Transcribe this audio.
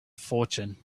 fortune